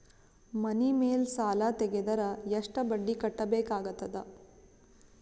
ಮನಿ ಮೇಲ್ ಸಾಲ ತೆಗೆದರ ಎಷ್ಟ ಬಡ್ಡಿ ಕಟ್ಟಬೇಕಾಗತದ?